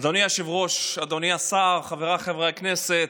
אדוני היושב-ראש, אדוני השר, חבריי חברי הכנסת,